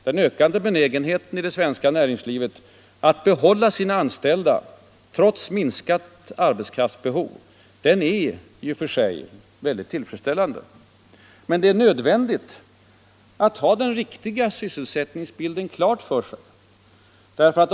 Den ökade benägenheten i vårt näringsliv att behålla sina anställda trots minskat arbetskraftsbehov är alltså i och för sig mycket tillfredsställande. Det är emellertid nödvändigt att ha den riktiga sysselsättningsbilden fullt klar för sig.